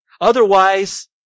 Otherwise